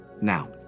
Now